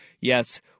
Yes